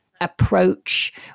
approach